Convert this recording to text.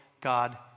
God